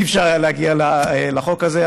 לא היה אפשר להגיע לחוק הזה.